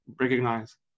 recognize